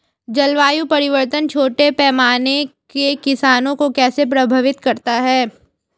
जलवायु परिवर्तन छोटे पैमाने के किसानों को कैसे प्रभावित करता है?